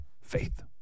Faith